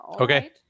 Okay